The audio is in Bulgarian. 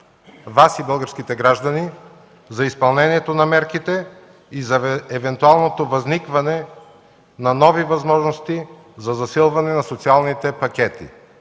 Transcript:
Вас и българските граждани, за изпълнението на мерките и за евентуалното възникване на нови възможности за засилване на социалните пакети.